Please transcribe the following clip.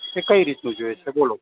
કે કઈ રીતનું જોઈએ છે બોલો